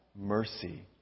Mercy